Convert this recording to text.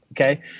Okay